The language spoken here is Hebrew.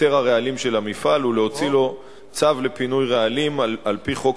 היתר הרעלים של המפעל ולהוציא לו צו לפינוי רעלים על-פי חוק